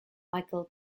michael